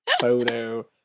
photo